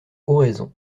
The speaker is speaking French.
oraison